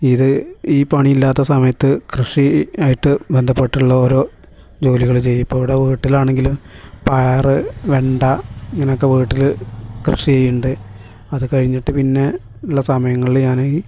ഇത് ഈ പണി ഇല്ലാത്ത സമയത്ത് കൃഷി ആയിട്ട് ബന്ധപ്പെട്ടുള്ള ഓരോ ജോലികള് ചെയ്യും ഇപ്പോൾ ഇവിടെ വീട്ടിലാണെങ്കില് പയറ് വെണ്ട ഇങ്ങനൊക്കെ വീട്ടിൽ കൃഷി ചെയ്യുന്നുണ്ട് അത് കഴിഞ്ഞിട്ട് പിന്നെ ഉള്ള സമയങ്ങളില് ഞാനീ